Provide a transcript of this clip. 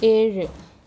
ഏഴ്